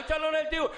אי אפשר לנהל דיון כך.